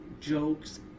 jokes